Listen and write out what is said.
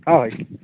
ହଁ ଭାଇ